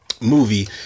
movie